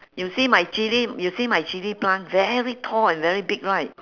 you see my chilli you see my chilli plant very tall and very big right